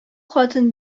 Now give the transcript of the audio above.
хатын